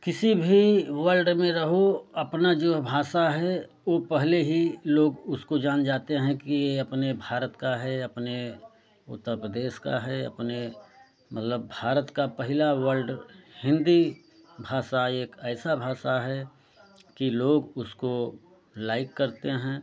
किसी भी वर्ल्ड में रहो अपना जो भाषा है वो पहले ही लोग उसको जान जाते हैं कि ये अपने भारत का है अपने उत्तर प्रदेश का है अपने मतलब भारत का पहला वर्ल्ड हिंदी भाषा एक ऐसा भाषा है कि लोग उसको लाइक करते हैं